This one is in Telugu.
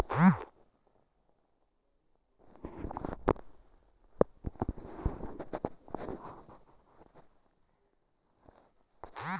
పద్దెనిమిది వందల ఆరవ సంవచ్చరం లో స్టేట్ బ్యాంక్ ఆప్ ఇండియాని పెట్టినారు